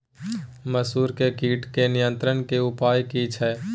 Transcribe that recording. मसूर के कीट के नियंत्रण के उपाय की छिये?